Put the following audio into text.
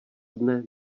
dne